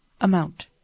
amount